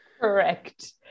correct